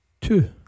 Two